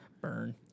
Burn